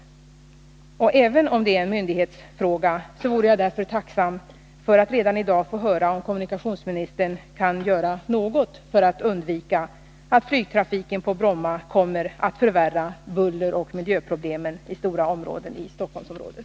Även om frågan f. n. är en myndighetsfråga vore jag tacksam för att redan i dag få höra om kommunikationsministern kan göra något för att det skall undvikas att flygtrafiken på Bromma kommer att förvärra bulleroch miljöproblemen i stora delar av Stockholmsområdet.